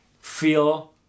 feel